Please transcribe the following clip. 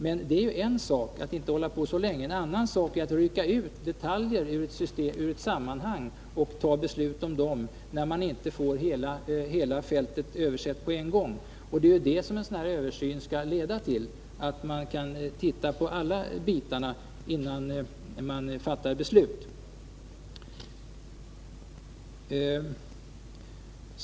Men det är en sak att inte hålla på så länge och en annan sak att rycka loss detaljer ur sitt sammanhang och fatta beslut om dem utan att få en översyn av hela fältet på en gång. Det som en sådan här översyn skall leda till är just att man skall kunna studera alla bitar innan man fattar beslut.